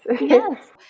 Yes